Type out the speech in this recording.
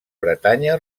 bretanya